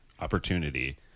opportunity